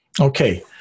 okay